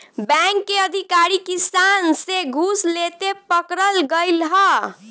bank के अधिकारी किसान से घूस लेते पकड़ल गइल ह